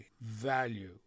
value